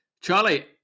Charlie